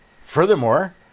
Furthermore